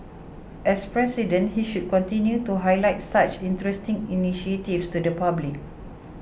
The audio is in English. as president he should continue to highlight such interesting initiatives to the public